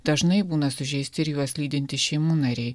dažnai būna sužeisti ir juos lydintys šeimų nariai